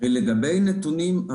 לגבי נתונים,